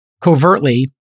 covertly